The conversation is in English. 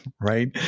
Right